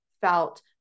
felt